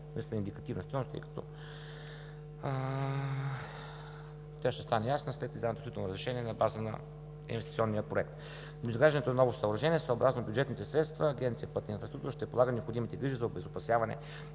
Наистина индикативна стойност, тъй като тя ще стане ясна след издаване на строително разрешение на база на инвестиционния проект. До изграждането на ново съоръжение, съобразно бюджетните средства, Агенция „Пътна инфраструктура“ ще полага необходимите грижи за обезопасяване